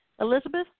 Elizabeth